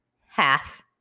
half